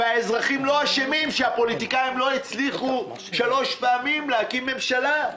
האזרחים לא אשמים שהפוליטיקאים לא הצליחו שלוש פעמים להקים ממשלה.